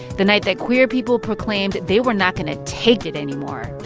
the night that queer people proclaimed they were not going to take it anymore.